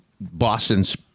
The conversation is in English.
Boston's